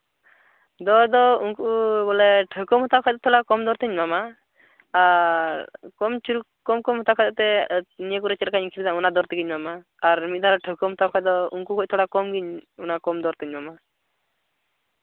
ᱫᱚᱨ ᱫᱚ ᱩᱱᱠᱩ ᱵᱚᱞᱮ ᱴᱷᱟᱹᱣᱠᱟᱹᱢ ᱦᱟᱛᱟᱣ ᱠᱷᱟᱱ ᱫᱚ ᱛᱟᱞᱦᱮ ᱠᱚᱢ ᱫᱚᱨ ᱛᱤᱧ ᱮᱢᱟᱢᱟ ᱟᱨ ᱠᱚᱢ ᱪᱚᱨᱚᱠ ᱠᱚᱢ ᱠᱚᱢᱮᱢ ᱦᱟᱛᱟᱣ ᱠᱷᱟᱱ ᱫᱚ ᱛᱟᱦᱞᱮ ᱱᱤᱭᱟᱹ ᱠᱚᱨᱮ ᱪᱮᱫ ᱞᱮᱠᱟᱧ ᱟᱹᱠᱷᱨᱤᱧᱮᱫᱟ ᱚᱱᱟ ᱫᱚᱨ ᱛᱮᱜᱤᱧ ᱮᱢᱟᱢᱟ ᱟᱨ ᱢᱤᱫ ᱫᱷᱟᱣ ᱴᱷᱟᱹᱣᱠᱟᱹᱢ ᱦᱟᱛᱟᱣ ᱠᱷᱟᱱ ᱫᱚ ᱩᱝᱠᱩ ᱠᱷᱚᱱ ᱛᱷᱚᱲᱟ ᱠᱚᱢ ᱜᱤᱧ ᱚᱱᱟ ᱠᱚᱢ ᱫᱚᱨ ᱛᱤᱧ ᱮᱢᱟᱢᱟ